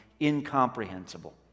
incomprehensible